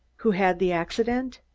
who had the accident.